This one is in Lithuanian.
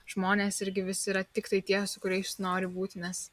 žmonės irgi visi yra tiktai tie su kuriais nori būti nes